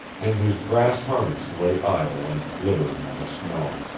and his brass harness lay idle and glittering on the snow.